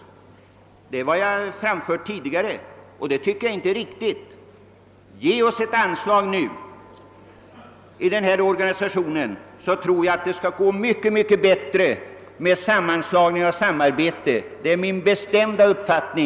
Som jag tidigare har anfört tycker jag inte detta är riktigt. Det är min bestämda uppfattning att samarbetet kommer att gå mycket bättre om Jägarnas riksförbund —Landsbygdens jägare får ett anslag nu.